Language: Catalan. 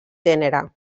gènere